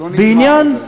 ועוד לא נגמר.